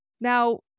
Now